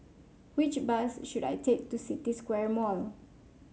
which bus should I take to City Square Mall